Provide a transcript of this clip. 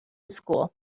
school